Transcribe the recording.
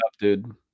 dude